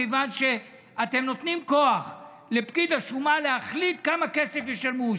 מכיוון שאתם נותנים כוח לפקיד השומה להחליט כמה כסף ישלמו,